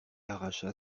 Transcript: arracha